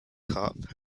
cup